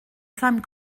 femme